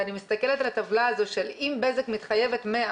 ואני מסתכלת על הטבלה הזאת של אם בזק מתחייבת 100,